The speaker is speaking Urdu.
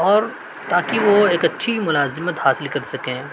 اور تاکہ وہ ایک اچھی ملازمت حاصل کر سکیں